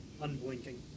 Unblinking